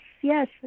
yes